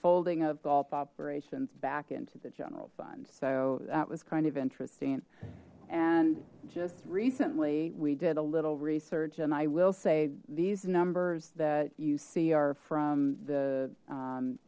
folding of golf operations back into the general fund so that was kind of interesting and just recently we did a little research and i will say these numbers that you see are from the